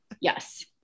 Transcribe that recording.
Yes